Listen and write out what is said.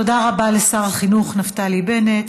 תודה רבה לשר החינוך נפתלי בנט.